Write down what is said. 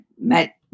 met